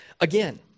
Again